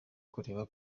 kureba